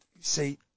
See